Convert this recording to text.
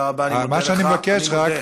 מה שאני מבקש רק,